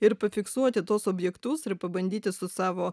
ir pafiksuoti tuos objektus ir pabandyti su savo